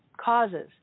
Causes